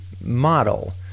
model